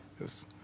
Yes